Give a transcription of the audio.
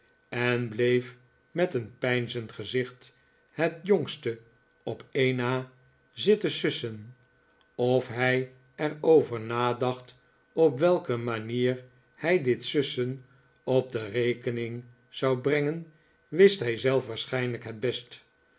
en bleef met een peinzend gezicht het jongste op een na zitten sussen of hij er over nadacht op welke manier hij dit sussen op de rekening zou brengen wist hij zelf waarschijnlijk het best